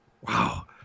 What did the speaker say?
Wow